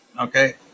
Okay